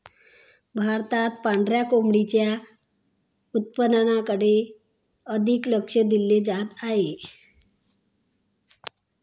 भारतात पांढऱ्या कोळंबीच्या उत्पादनाकडे अधिक लक्ष दिले जात आहे